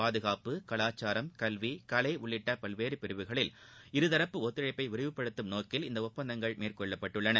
பாதுகாப்பு கலாச்சாரம் கல்வி கலை உள்ளிட்ட பல்வேறு பிரிவுகளில் இருதரப்பு ஒத்துழைப்பை விரிவுப்படுத்தும் நோக்கில் இந்த ஒப்பந்தங்கள் மேற்கொள்ளப்பட்டுள்ளன